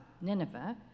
Nineveh